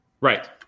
Right